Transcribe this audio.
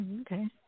okay